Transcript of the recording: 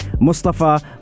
Mustafa